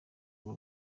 urwo